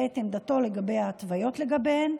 ואת עמדתו לגבי ההתוויות לגביהם,